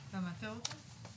אתה מאשר אותו?